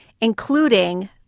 including